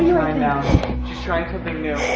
you know she's trying something new.